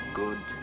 good